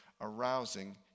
arousing